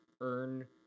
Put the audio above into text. earn